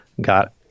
got